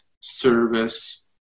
service